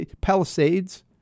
Palisades